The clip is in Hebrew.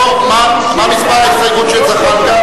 מה מספר ההסתייגות של זחאלקה?